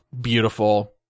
beautiful